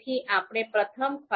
તેથી આપણે પ્રથમ ફાઈલ car2